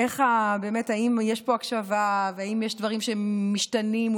אם יש פה הקשבה והאם יש דברים שמשתנים,